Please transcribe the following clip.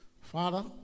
Father